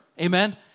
Amen